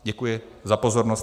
Děkuji za pozornost.